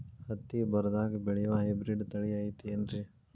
ಹತ್ತಿ ಬರದಾಗ ಬೆಳೆಯೋ ಹೈಬ್ರಿಡ್ ತಳಿ ಐತಿ ಏನ್ರಿ?